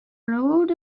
road